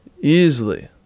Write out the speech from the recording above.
easily